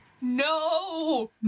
No